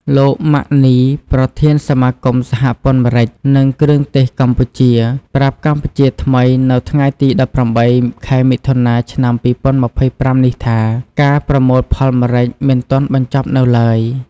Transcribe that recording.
លោក ម៉ាក់ នី ប្រធានសមាគមសហព័ន្ធម្រេច និងគ្រឿងទេសកម្ពុជា ប្រាប់កម្ពុជាថ្មីនៅថ្ងៃទី ១៨ ខែមិថុនា ឆ្នាំ ២០២៥នេះថា ការប្រមូលផលម្រេចមិនទាន់បញ្ចប់នៅឡើយ។